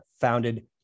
founded